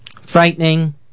Frightening